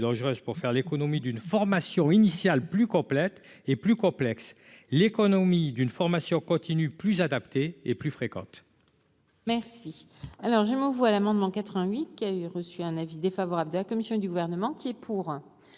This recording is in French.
pour faire l'économie d'une formation initiale, plus complète et plus complexe, l'économie d'une formation continue plus adapté et plus fréquentes. Merci, alors je m'envoie l'amendement 88 qui avait reçu un avis défavorable de la commission du gouvernement qui est pour,